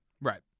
Right